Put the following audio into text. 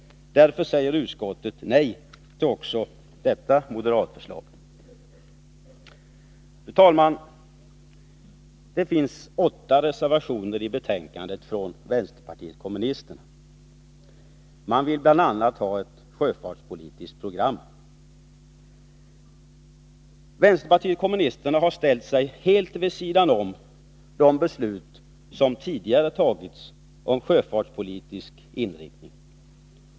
Därför säger utskottet nej också till detta moderatförslag. Fru talman! Det finns åtta reservationer från vänsterpartiet kommunisterna i betänkandet. BI. a. vill de ha ett sjöfartspolitiskt program. Vänsterpartiet kommunisterna har ställt sig helt vid sidan om de beslut som tidigare har fattats beträffande den sjöfartspolitiska inriktningen.